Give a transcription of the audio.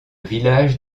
village